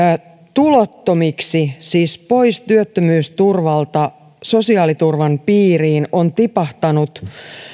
tulottomiksi siis pois työttömyysturvalta muun sosiaaliturvan piiriin on tipahtanut